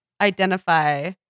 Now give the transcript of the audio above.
identify